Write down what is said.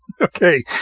Okay